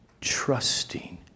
trusting